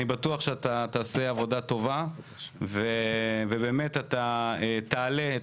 אני בטוח שתעשה עבודה טובה ובאמת תעלה את